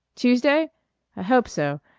tuesday? i hope so.